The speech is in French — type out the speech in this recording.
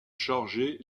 chargé